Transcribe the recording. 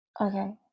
okay